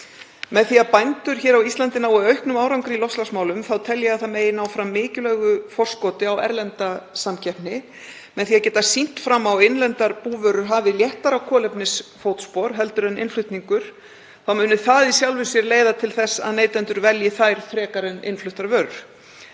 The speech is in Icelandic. Með því að bændur hér á Íslandi nái auknum árangri í loftslagsmálum þá tel ég að ná megi fram mikilvægu forskoti á erlenda samkeppni. Með því að geta sýnt fram á að innlendar búvörur hafi léttara kolefnisfótspor en innflutningur muni það í sjálfu sér leiða til þess að neytendur velji þær frekar en innfluttar vörur.